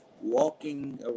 walking